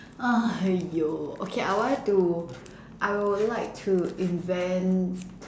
!aiyo! okay I would like to I would like to invent